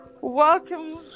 Welcome